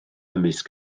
ymysg